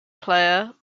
player